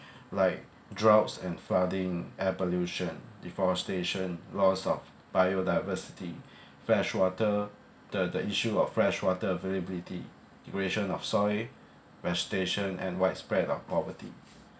like droughts and flooding air pollution deforestation loss of biodiversity fresh water the the issue of fresh water availability degradation of soil vegetation and widespread of poverty